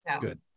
Good